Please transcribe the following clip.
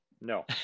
No